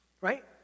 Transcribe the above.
Right